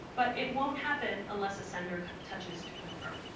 but it won't happen unless a sender touches to confirm.